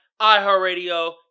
iHeartRadio